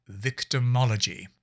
victimology